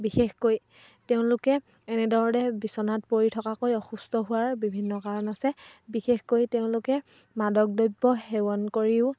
বিশেষকৈ তেওঁলোকে এনেদৰে বিচনাত পৰি থকাকৈ অসুস্থ হোৱাৰ বিভিন্ন কাৰণ আছে বিশেষকৈ তেওঁলোকে মাদক দ্ৰব্য সেৱন কৰিও